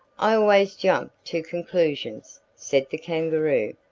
i always jump to conclusions, said the kangaroo,